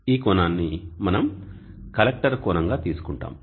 ఈ కోణాన్ని మనం కలెక్టర్ కోణంగా తీసుకుంటాము